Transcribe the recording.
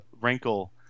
wrinkle